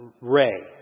Ray